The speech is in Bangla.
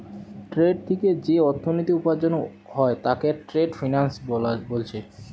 ট্রেড থিকে যেই অর্থনীতি উপার্জন হয় তাকে ট্রেড ফিন্যান্স বোলছে